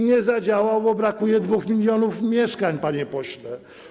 Nie zadziałał, bo brakuje 2 mln mieszkań, panie pośle.